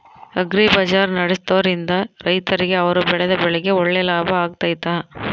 Agri bazaar ನಡೆಸ್ದೊರಿಂದ ರೈತರಿಗೆ ಅವರು ಬೆಳೆದ ಬೆಳೆಗೆ ಒಳ್ಳೆ ಲಾಭ ಆಗ್ತೈತಾ?